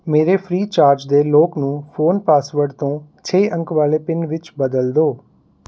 ਮੇਰੇ ਫ੍ਰੀਚਾਰਜ ਦੇ ਲੌਕ ਨੂੰ ਫ਼ੋਨ ਪਾਸਵਰਡ ਤੋਂ ਛੇ ਅੰਕ ਵਾਲੇ ਪਿੰਨ ਵਿੱਚ ਬਦਲ ਦਿਉ